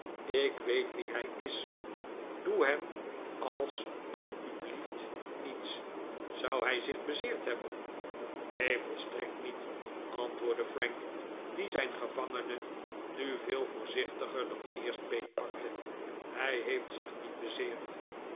ik weet wie hij is doe hem als t u belieft niets zou hij zich bezeerd hebben neen volstrekt niet antwoordde frank die zijn gevangene nu veel voorzichtiger dan eerst beetpakte hij heeft zich niet bezeerd